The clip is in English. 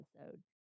episode